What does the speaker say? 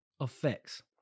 effects